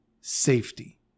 safety